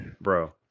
Bro